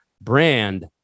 brand